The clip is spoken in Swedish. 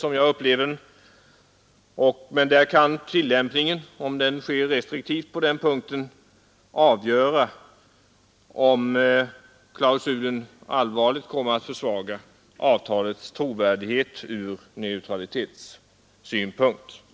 En restriktiv tillämpning är viktig om inte klausulen allvarligt skall försvaga vår trovärdighet från neutralitetssyn punkt.